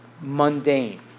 mundane